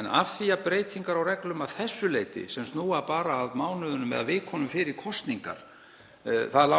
En af því að breytingar á reglum að þessu leyti snúa bara að mánuðunum eða vikunum fyrir kosningar — það